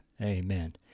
Amen